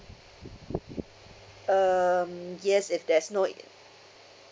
um yes if there's no uh